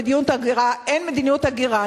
במדיניות ההגירה אין מדיניות הגירה,